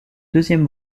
deuxième